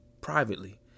privately